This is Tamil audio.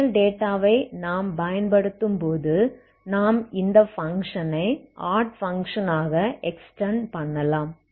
இனிஷியல் டேட்டாவை நாம் பயன்படும்போது நாம் இந்த பங்க்ஷனை ஆட் பங்க்ஷன் ஆக எக்ஸ்டெண்ட் பண்ணலாம்